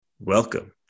Welcome